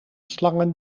slangen